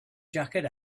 jacket